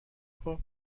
خوب